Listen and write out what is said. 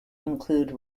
include